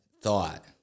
thought